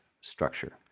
structure